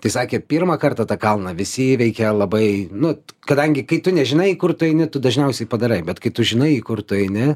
tai sakė pirmą kartą tą kalną visi įveikia labai nu kadangi kai tu nežinai kur tu eini tu dažniausiai padarai bet kai tu žinai kur tu eini